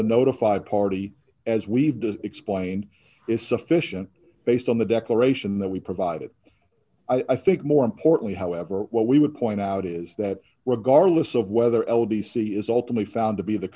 the notified party as we've explained is sufficient based on the declaration that we provided i think more importantly however what we would point out is that regardless of whether l b c is ultimately found to be the